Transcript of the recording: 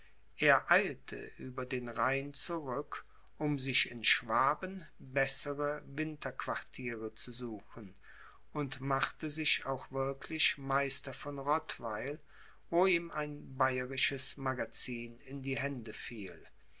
er eilte über den rhein zurück um sich in schwaben bessere winterquartiere zu suchen und machte sich auch wirklich meister von rottweil wo ihm ein bayerisches magazin in die hände fiel